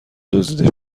دزدیده